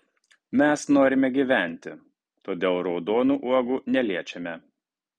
mes norime gyventi todėl raudonų uogų neliečiame